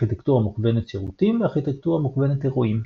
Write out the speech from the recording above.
ארכיטקטורה מכוונת שירותים וארכיטקטורה מוכוונת אירועים.